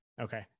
Okay